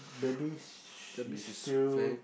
maybe she still